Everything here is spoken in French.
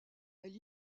elle